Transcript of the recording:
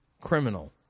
criminal